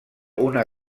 una